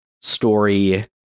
story